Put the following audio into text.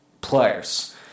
players